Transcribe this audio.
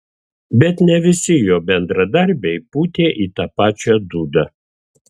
bet ne visi jo bendradarbiai pūtė į tą pačią dūdą